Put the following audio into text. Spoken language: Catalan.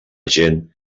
gent